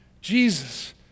Jesus